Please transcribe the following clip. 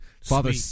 Father